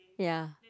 ya